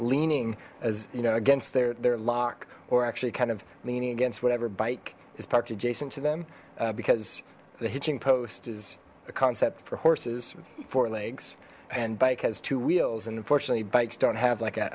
leaning as you know against their their lock or actually kind of leaning against whatever bike is parked adjacent to them because the hitching post is a concept for horses for legs and bike has two wheels and unfortunately bikes don't have like